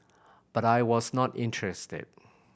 but I was not interested